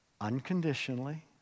unconditionally